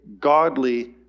godly